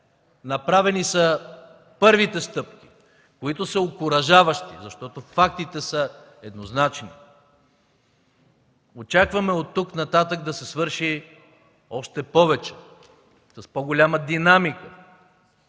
Направени са първите стъпки, които са окуражаващи, защото фактите са еднозначни. Очакваме оттук нататък да се свърши още повече, с по-голяма динамика,